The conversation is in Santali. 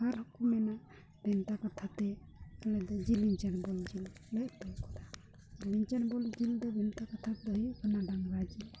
ᱟᱨ ᱦᱚᱸᱠᱚ ᱢᱮᱱᱟ ᱵᱷᱮᱱᱛᱟ ᱠᱟᱛᱷᱟ ᱛᱮ ᱡᱮᱞᱮᱧ ᱪᱟᱲᱵᱚᱞ ᱡᱤᱞ ᱞᱮ ᱩᱛᱩ ᱠᱟᱫᱟ ᱡᱮᱞᱮᱧ ᱪᱟᱲᱵᱚᱞ ᱡᱤᱞ ᱫᱚ ᱵᱷᱮᱱᱛᱟ ᱠᱟᱛᱷᱟ ᱛᱮᱫᱚ ᱦᱩᱭᱩᱜ ᱠᱟᱱᱟ ᱰᱟᱝᱨᱟ ᱡᱤᱞ